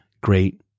great